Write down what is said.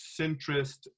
centrist